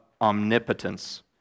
omnipotence